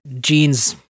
jeans